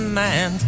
man